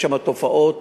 יש תופעות